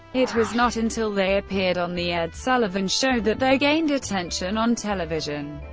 it was not until they appeared on the ed sullivan show that they gained attention on television.